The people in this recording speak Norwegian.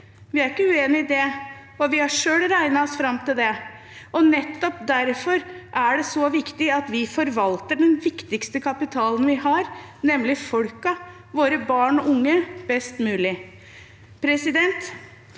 Vi er ikke uenig i det, og vi har selv regnet oss fram til det. Nettopp derfor er det så viktig at vi forvalter den viktigste kapitalen vi har, nemlig folka, våre barn og unge, best mulig. Da